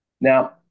Now